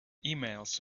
emails